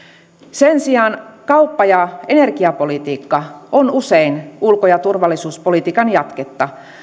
sen sijaan kauppa ja energiapolitiikka on usein ulko ja turvallisuuspolitiikan jatketta